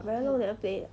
very long never played